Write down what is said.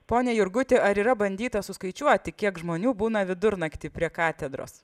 pone jurguti ar yra bandyta suskaičiuoti kiek žmonių būna vidurnaktį prie katedros